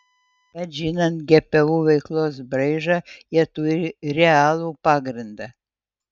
bet žinant gpu veiklos braižą jie turi realų pagrindą